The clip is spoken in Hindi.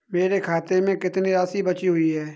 मेरे खाते में कितनी राशि बची हुई है?